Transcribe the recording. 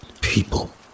people